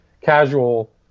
casual